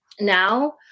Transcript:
now